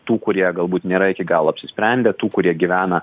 tų kurie galbūt nėra iki galo apsisprendę tų kurie gyvena